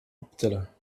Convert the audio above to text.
optillen